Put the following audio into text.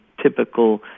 typical